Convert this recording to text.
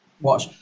watch